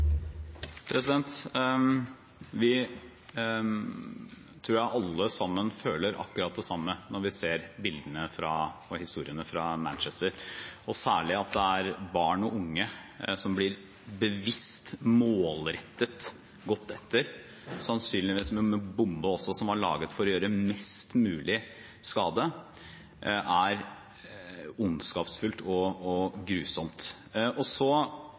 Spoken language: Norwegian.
tror vi alle sammen føler akkurat det samme når vi ser bildene og historiene fra Manchester, og særlig at det er barn og unge som bevisst og målrettet blir gått etter, sannsynligvis med en bombe som var laget for å gjøre mest mulig skade. Det er ondskapsfullt og grusomt. Så